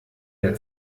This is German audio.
der